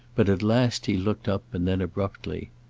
but at last he looked up, and then abruptly,